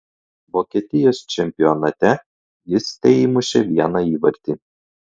vokietijos čempionate jis teįmušė vieną įvartį